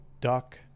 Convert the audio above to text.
Duck